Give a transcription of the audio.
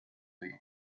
league